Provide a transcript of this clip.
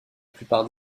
plupart